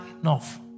enough